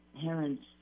parents